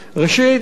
ראשית,